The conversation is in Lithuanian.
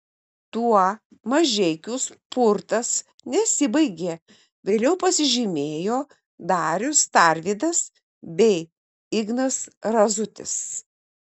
tuo mažeikių spurtas nesibaigė vėliau pasižymėjo darius tarvydas bei ignas razutis